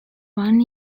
one